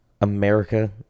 America